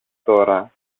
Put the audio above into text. τώρα